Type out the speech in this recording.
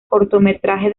cortometraje